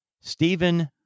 Stephen